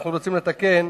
שאנחנו רוצים לתקן,